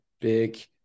big